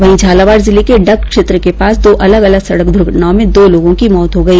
वहीं झालावाड जिले के डग क्षेत्र के पास दो अलग अलग सड़क दुर्घटनाओं में दो लोगों की मौत हो गई